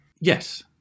Yes